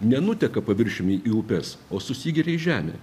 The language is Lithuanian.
nenuteka paviršiumi į upes o susigeria į žemę